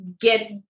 get